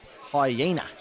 hyena